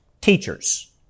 teachers